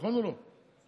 נכון או לא, גלית?